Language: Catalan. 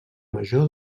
major